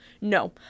no